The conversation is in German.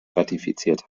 ratifiziert